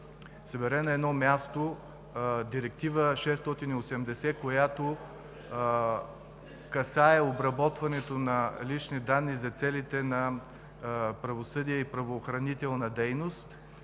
събере на едно място Директива 680, която касае обработването на лични данни за целите на правосъдието и правоохранителната дейност,